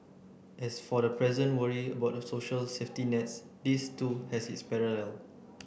as for the present worry about the social safety nets this too has its parallel